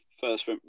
first